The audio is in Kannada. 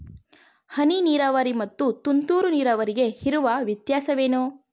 ಹನಿ ನೀರಾವರಿ ಮತ್ತು ತುಂತುರು ನೀರಾವರಿಗೆ ಇರುವ ವ್ಯತ್ಯಾಸವೇನು?